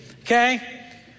okay